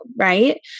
right